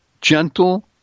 gentle